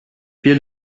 wir